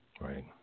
Right